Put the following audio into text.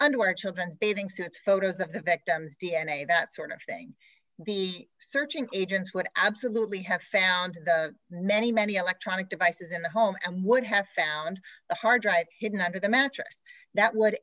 underwear children's bathing suits photos of the victim's d n a that sort of thing be searching agents would absolutely have found many many electronic devices in the home and would have found the hard drive hidden under the mattress that would